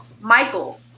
michael